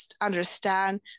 understand